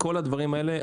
כל הדברים האלה.